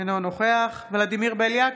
אינו נוכח ולדימיר בליאק,